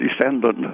descendant